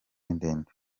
ndende